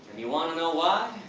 you wanna know why?